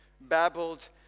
babbled